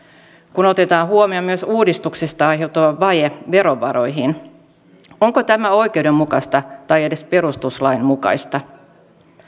kun otetaan huomioon myös uudistuksesta aiheutuva vaje verovaroihin onko tämä oikeudenmukaista tai edes perustuslain mukaista